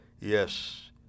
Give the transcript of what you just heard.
Yes